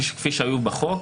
כפי שהיו בחוק,